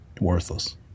Worthless